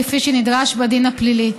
כפי שנדרש בדין הפלילי.